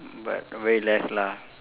but very less lah